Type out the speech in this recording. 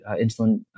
insulin